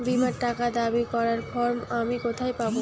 বীমার টাকা দাবি করার ফর্ম আমি কোথায় পাব?